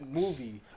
movie